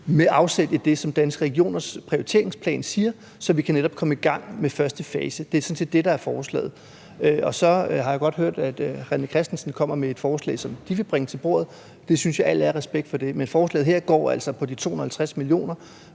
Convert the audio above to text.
med afsæt i det, som Danske Regioners prioriteringsplan siger, så vi netop kan komme i gang med første fase. Det er sådan set det, der er forslaget. Og så har jeg godt hørt, at hr. René Christensen kommer med et forslag, som de vil bringe ind til bordet. Al ære og respekt for det, men forslaget her går altså på de 250 mio.